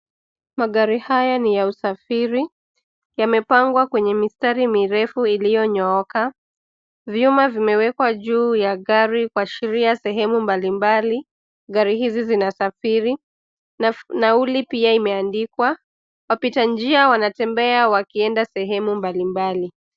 Magari haya ni ya usafiri. Yamepangwa kwenye mistari mirefu ilyonyooka. Vyuma vimeekwa juu ya gari kuashiria sehemu mbali mbali gari hizi zinasafiri. Nauli pia imeandikwa. Wapita njia wanatembea wakienda sehemu mbali mbali.